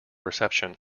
reception